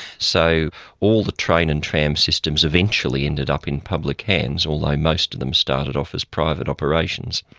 so all the train and tram systems eventually ended up in public hands, although most of them started off as private operations.